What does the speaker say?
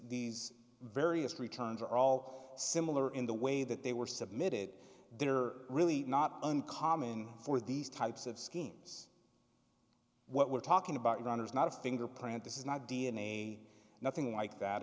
these various returns are all similar in the way that they were submitted they are really not uncommon for these types of schemes what we're talking about runner is not a fingerprint this is not d n a nothing like that